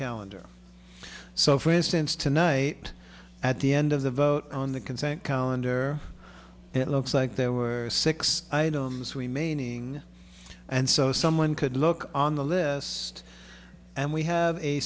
calendar so for instance tonight at the end of the vote on the consent calendar it looks like there were six items we may need and so someone could look on the list and we have